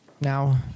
Now